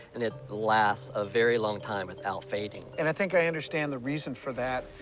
and it lasts a very long time without fading. and i think i understand the reason for that.